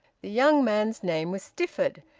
the young man's name was stifford,